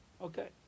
Okay